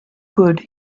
could